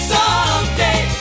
Someday